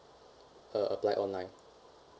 uh apply online